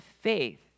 faith